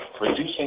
Reducing